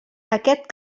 aquest